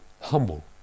humble